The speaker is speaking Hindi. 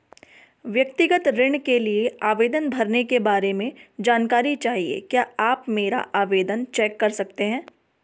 व्यक्तिगत ऋण के लिए आवेदन भरने के बारे में जानकारी चाहिए क्या आप मेरा आवेदन चेक कर सकते हैं?